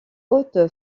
haute